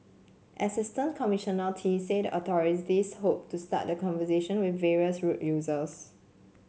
Assistant Commissioner Tee said the authorities hoped to start the conversation with various road users